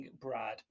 Brad